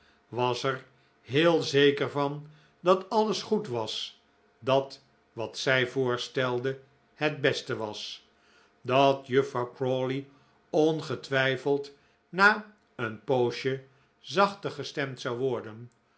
was er heel zeker van dat alles goed was dat wat zij voorstelde het beste was dat juffrouw crawley ongetwijfeld na een poosje zachter gestemd zou worden